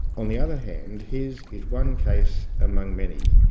on the other hand, his is one case among many.